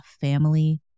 family